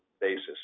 basis